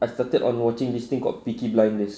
I started on watching this thing called peaky blinders